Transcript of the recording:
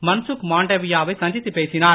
மன்சுக் மாண்டவியா வை சந்தித்து பேசினார்